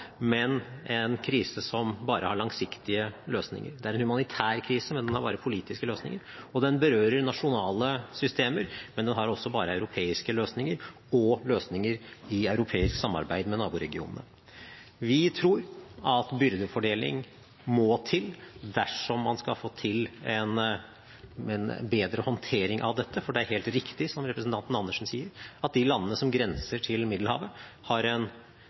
men en krise som bare har langsiktige løsninger. Det er en humanitær krise, men den har bare politiske løsninger, og den berører nasjonale systemer, men den har også bare europeiske løsninger og løsninger i europeisk samarbeid med naboregionene. Vi tror at byrdefordeling må til dersom man skal få til en bedre håndtering av dette, for det er helt riktig som representanten Andersen sier, at de landene som grenser til Middelhavet, naturlig nok har en